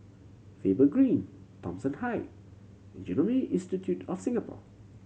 Faber Green Thomson Height Genome Institute of Singapore